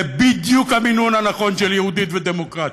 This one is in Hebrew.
זה בדיוק המינון הנכון של יהודית ודמוקרטית.